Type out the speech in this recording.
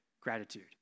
gratitude